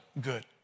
good